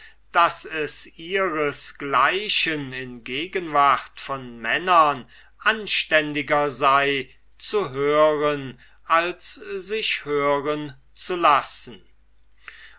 daß es ihres gleichen in gegenwart von männern anständiger sei zu hören als sich hören zu lassen